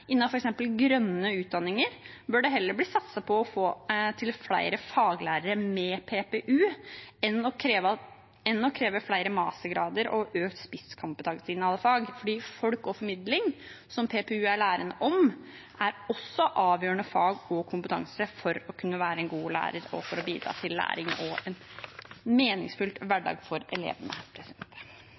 grønne utdanninger bør det heller satses på å få flere faglærere med PPU enn å kreve flere mastergrader og økt spisskompetanse i alle fag. For folk og formidling, som PPU er læren om, er også avgjørende fag og kompetanse for å kunne være en god lærer og for å bidra til læring og en meningsfull hverdag for elevene.